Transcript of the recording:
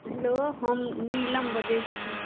hello हम नीलम बजय छी